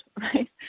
right